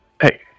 Hey